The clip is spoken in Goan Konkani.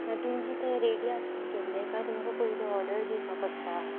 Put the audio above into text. आं तुमचे ते रेडी आसता केल्ले कांय तुमका पयली ऑर्डर दिवपा पडटा